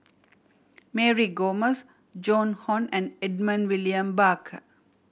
Mary Gomes Joan Hon and Edmund William Barker